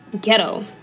ghetto